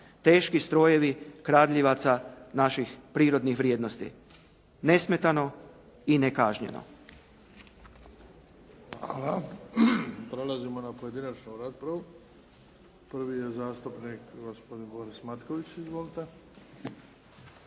teški strojevi kradljivaca naših prirodnih vrijednosti nesmetano i nekažnjeno. **Bebić, Luka (HDZ)** Hvala. Prelazimo na pojedinačnu raspravu. Prvi je zastupnik gospodin Boris Matković. Izvolite.